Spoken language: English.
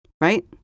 Right